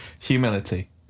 humility